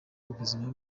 ubuzima